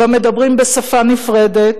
שבה מדברים בשפה נפרדת,